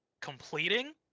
completing